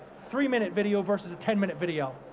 three-minute video versus a ten minute video.